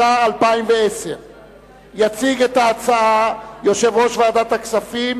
התש"ע 2010. יציג את ההצעה יושב-ראש ועדת הכספים,